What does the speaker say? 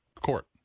court